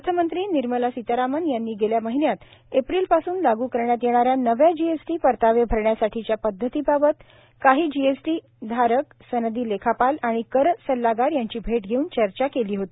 अर्थमंत्री निर्मला सितारामन यांनी गेल्या महिन्यात एप्रिलपासून लागू करण्यात येणा या नव्या जी एस टी परतावे भरण्यासाठीच्या पद्धतीबाबत काही जी एस टी धारक सनदी लेखापाल आणि कर सल्लागार यांची भेट घेऊन चर्चा केली होती